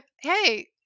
hey